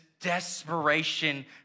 desperation